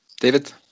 David